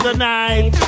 tonight